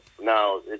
now